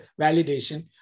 validation